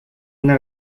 una